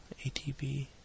ATB